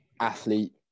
athlete